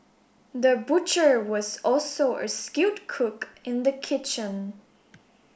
the butcher was also a skilled cook in the kitchen